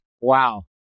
wow